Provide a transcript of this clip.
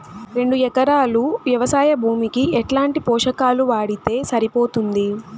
రెండు ఎకరాలు వ్వవసాయ భూమికి ఎట్లాంటి పోషకాలు వాడితే సరిపోతుంది?